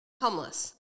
homeless